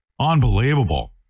Unbelievable